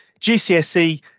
GCSE